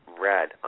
Red